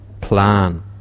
plan